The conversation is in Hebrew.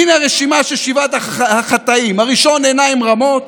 הינה הרשימה של שבעת החטאים: הראשון, עיניים רמות,